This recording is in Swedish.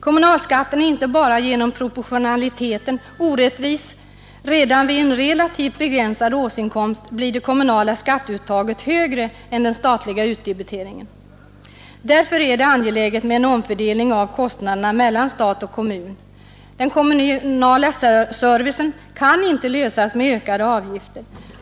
Kommunalskatten är inte bara genom proportionaliteten orättvis. Redan vid en relativt begränsad årsinkomst blir det kommunala skatteuttaget högre än den statliga utdebiteringen. Därför är det angeläget med en omfördelning av kostnaderna mellan stat och kommun. Frågan om den kommunala servicen kan inte lösas med ökade avgifter.